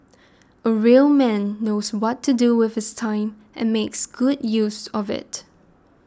a real man knows what to do with his time and makes good use of it